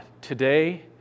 today